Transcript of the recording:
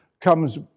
comes